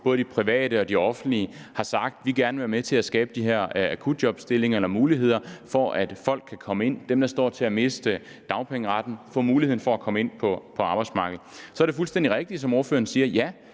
både de private og de offentlige, har sagt, at de gerne vil være med til at skabe de her akutjobstillinger eller muligheder for, at folk kan komme ind. Det er folk, der står til at miste dagpengeretten, som får muligheden for at komme ind på arbejdsmarkedet. Så er det fuldstændig rigtigt, som ordføreren siger, at det